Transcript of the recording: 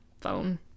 phone